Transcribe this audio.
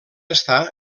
estar